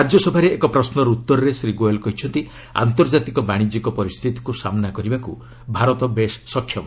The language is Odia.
ରାଜ୍ୟସଭାରେ ଏକ ପ୍ରଶ୍ରର ଉତ୍ତରରେ ଶ୍ରୀ ଗୋୟଲ କହିଛନ୍ତି ଆନ୍ତର୍ଜାତିକ ବାଣିଜ୍ୟିକ ପରିସ୍ଥିତିକ୍ ସାମ୍ବା କରିବାକୁ ଭାରତ ବେଶ୍ ସକ୍ଷମ